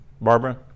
Barbara